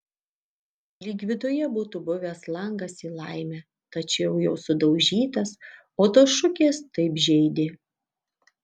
lyg viduje būtų buvęs langas į laimę tačiau jau sudaužytas o tos šukės taip žeidė